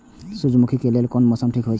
सूर्यमुखी के लेल कोन मौसम ठीक हे छे?